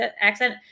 accent